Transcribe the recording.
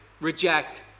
reject